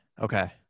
Okay